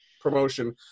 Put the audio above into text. promotion